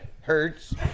hurts